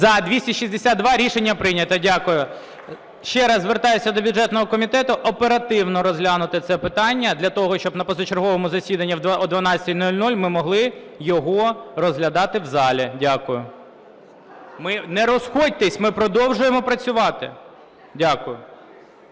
За-262 Рішення прийнято. Дякую. Ще раз звертаюся до бюджетного комітету оперативно розглянути це питання для того, щоб на позачерговому засіданні о 12:00 ми могли його розглядати в залі. Дякую. Не розходьтесь, ми продовжуємо працювати. Дякую.